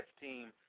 team